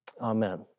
Amen